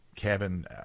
Kevin